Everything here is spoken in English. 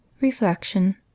reflection